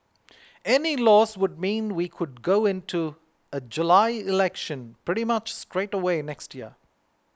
any loss would mean we could go into a July election pretty much straight away next year